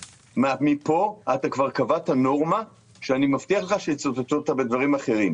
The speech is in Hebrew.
מפה אתה כבר קבעת נורמה שאני מבטיח לך שיצטטו אותה בדברים אחרים.